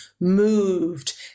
moved